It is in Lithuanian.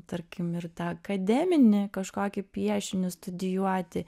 tarkim ir tą akademinį kažkokį piešinį studijuoti